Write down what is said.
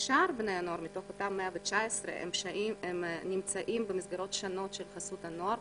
שאר בני הנוער מתוך אותם 119 נמצאים במסגרות שונות של חסות הנוער,